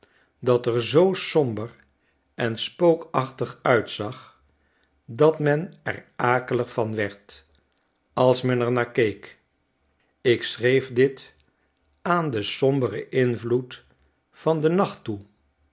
dat er zoo somber en spookachtig uitzag dat men er akelig van werd als men er naar keek ik schreef dit aan den somberen invloed van den nacht toe